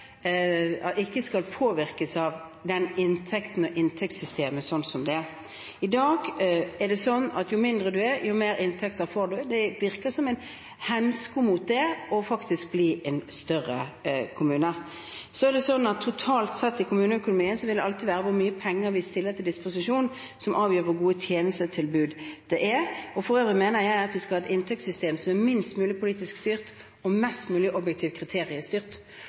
skal påvirkes av inntekten og inntektssystemet slik som det er. I dag er det slik at jo mindre man er, jo mer inntekter får man. Det virker som en hemsko på å bli en større kommune. Så vil det totalt sett i kommuneøkonomien alltid være hvor mye penger vi stiller til disposisjon, som avgjør hvor gode tjenestetilbud det er. For øvrig mener jeg at vi skal ha et inntektssystem som er minst mulig politisk styrt, og mest mulig styrt av objektive kriterier,